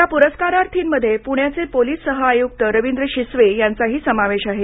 या पुरस्कारार्थीमध्ये पुण्याचे पोलीस सहआयुक्त रवींद्र शिसवे यांचाही समावेश आहे